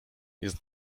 jest